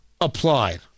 applied